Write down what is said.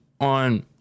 on